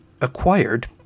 acquired